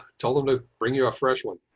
tell them to bring you a freshman.